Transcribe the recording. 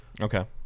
Okay